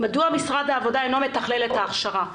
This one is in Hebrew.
מדוע משרד העבודה אינו מתחלל את ההכשרה?